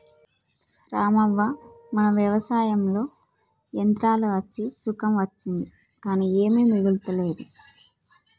రామవ్వ మన వ్యవసాయంలో యంత్రాలు అచ్చి సుఖం అచ్చింది కానీ ఏమీ మిగులతలేదు